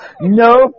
No